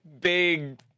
big